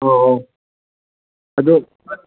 ꯑꯣ ꯑꯣ ꯑꯗꯨ